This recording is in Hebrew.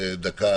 לומר דברים,